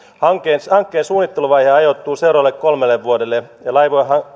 hankkeen suunnitteluvaihe ajoittuu seuraaville kolmelle vuodelle ja laivue